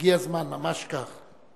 הגיע הזמן, ממש כך.